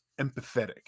empathetic